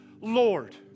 Lord